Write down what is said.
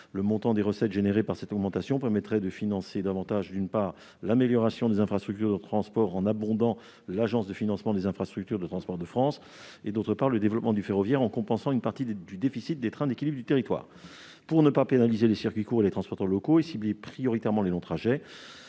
Le montant des recettes générées par cette augmentation permettrait de financer davantage, d'une part, l'amélioration des infrastructures de transport, en abondant l'Agence de financement des infrastructures de transport de France, l'Afitf, et, d'autre part, le développement du ferroviaire, en compensant une partie du déficit des trains d'équilibre du territoire. Pour ne pas pénaliser les circuits courts et les transporteurs locaux et cibler prioritairement les longs trajets,